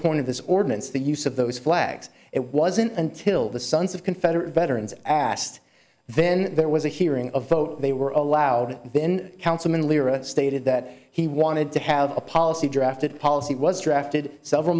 point of this ordinance the use of those flags it wasn't until the sons of confederate veterans asked then there was a hearing a vote they were allowed then councilman lire stated that he wanted to have a policy drafted policy was drafted several